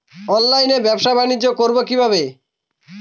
অনলাইনে ব্যবসা বানিজ্য করব কিভাবে?